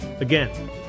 Again